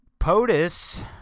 POTUS